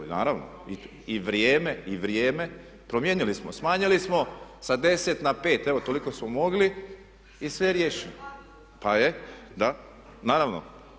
I naravno i vrijeme, i vrijeme, promijenili smo, smanjili smo sa 10 na 5, evo toliko smo mogli i sve je riješeno. … [[Upadica se ne čuje.]] Pa je, da, naravno.